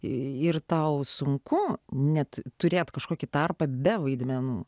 ir tau sunku net turėt kažkokį tarpą be vaidmenų